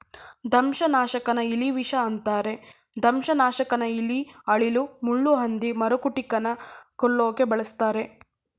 ದಂಶನಾಶಕನ ಇಲಿವಿಷ ಅಂತರೆ ದಂಶನಾಶಕನ ಇಲಿ ಅಳಿಲು ಮುಳ್ಳುಹಂದಿ ಮರಕುಟಿಕನ ಕೊಲ್ಲೋಕೆ ಬಳುಸ್ತರೆ